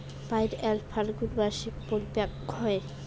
pineapple Phalgun মাসে পরিপক্ব হয়